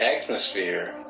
atmosphere